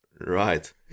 Right